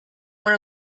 one